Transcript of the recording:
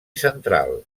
central